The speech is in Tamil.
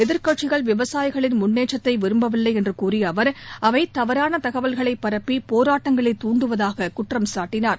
எதிர்க்கட்சிகள் விவசாயிகளின் முன்னேற்றத்தை விரும்பவில்லை என்று கூறிய அவர் அவை தவறான தகவல்களை பரப்பி போராட்டங்களை தூண்டுவதாக குற்றம்சாட்டினார்